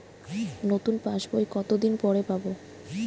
নতুন passbook কত দিন পরে পাবো?